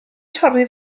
torri